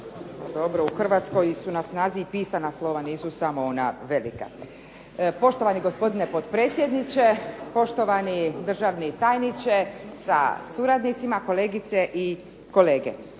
Dobro, u Hrvatskoj su na snazi i pisana slova, nisu samo ona velika. Poštovani gospodine potpredsjedniče, poštovani državni tajniče sa suradnicima, kolegice i kolege.